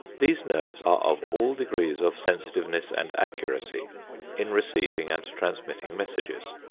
these nerves are of all degrees of sensitiveness and accuracy in receiving and transmitting messages.